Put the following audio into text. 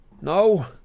No